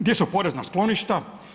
Gdje su porezna skloništa?